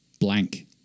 blank